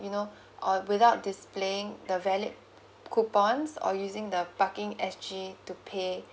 you know or without displaying the valid coupons or using the parking S_G to pay